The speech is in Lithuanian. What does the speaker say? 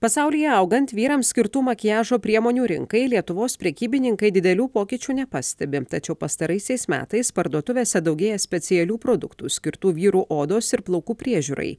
pasaulyje augant vyrams skirtų makiažo priemonių rinkai lietuvos prekybininkai didelių pokyčių nepastebi tačiau pastaraisiais metais parduotuvėse daugėja specialių produktų skirtų vyrų odos ir plaukų priežiūrai